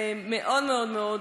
ומאוד מאוד מאוד